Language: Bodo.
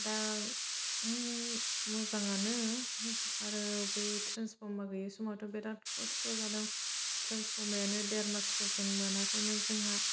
दा मोजाङानो आरो बै ट्रेन्सफरमा गैयै समावथ' बिराथ खस्थ' जादों ट्रेन्सफरमायानो देर मास गोजोन मोनाखैमोन जोंहा